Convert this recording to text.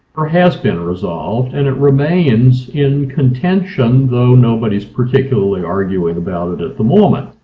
or has been resolved and it remains in contention though nobody's particularly arguing about it at the moment.